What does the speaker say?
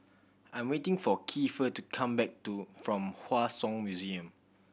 I'm waiting for Keifer to come back to from Hua Song Museum